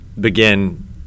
begin